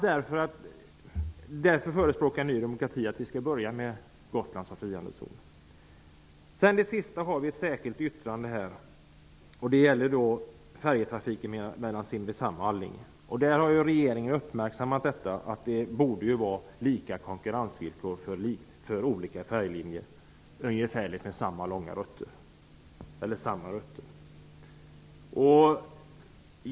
Därför förespråkar nu Ny demokrati att vi skall göra Gotland till frihandelszon. Jag vill till sist ta upp vårt särskilda yttrande om färjetrafiken mellan Simrishamn och Allinge. Regeringen har kommit fram till att det bör vara lika konkurrensvillkor för färjelinjer med lika långa rutter.